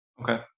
Okay